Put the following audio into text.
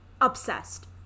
obsessed